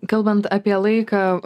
kalbant apie laiką